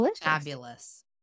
fabulous